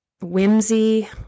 whimsy